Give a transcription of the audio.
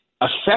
affect